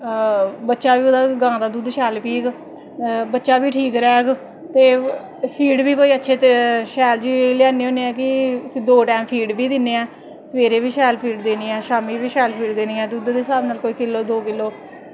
बच्चा बी ओह्दा गांऽ दा दुद्ध शैल पीह्ग बच्चा बी ठीक रैह्ग ते फीड बी कोई अच्छी ते शैल जेही लेआनें होने आं कि कोई उसी दो टैम फीड बी दि'न्ने आं सबैह्रे बी शैल फीड देनी ऐ शामीं बी शैल फीड देनी ऐ दुद्ध दे स्हाब नाल कोई किलो दो किलो